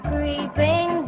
Creeping